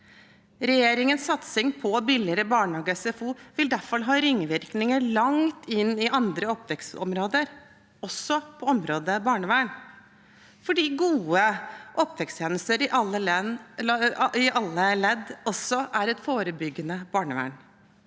Regjeringens satsing på billigere barnehage og SFO vil derfor ha ringvirkninger langt inn i andre oppvekstområder, også på området barnevern, fordi gode oppveksttjenester i alle ledd også er et forebyggende barnevern.